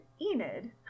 Enid